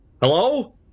Hello